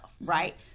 right